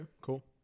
cool